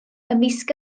ymysg